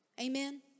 Amen